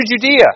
Judea